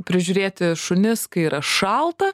prižiūrėti šunis kai yra šalta